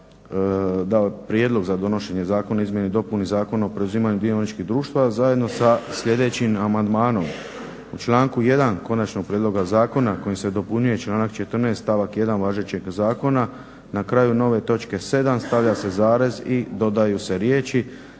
prijedlog za donošenje zakona o izmjenama i dopuni Zakona o preuzimanju dioničkih društava zajedno sa sljedećim amandmanom, u članku 1.konačnog prijedloga zakona kojim se dopunjuje članak 14.stavak 1.važećeg zakona na kraju nove točke 7. stavlja se zarez i dodaju se riječ